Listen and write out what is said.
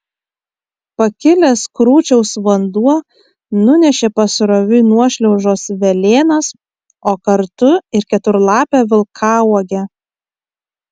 pakilęs krūčiaus vanduo nunešė pasroviui nuošliaužos velėnas o kartu ir keturlapę vilkauogę